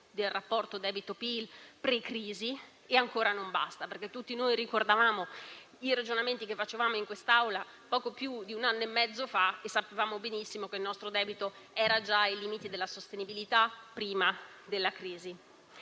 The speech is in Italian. del rapporto debito-PIL pre-crisi e ancora non basta, perché tutti noi ricordiamo i ragionamenti che facevamo in quest'Aula poco più di un anno e mezzo fa e sapendo benissimo che il nostro debito era già alto e al limite della sostenibilità prima della crisi.